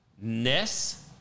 ness